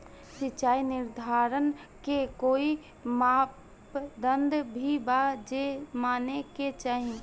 सिचाई निर्धारण के कोई मापदंड भी बा जे माने के चाही?